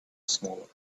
smaller